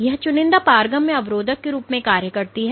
यह चुनिंदा पारगम्य अवरोधक के रूप में कार्य करता है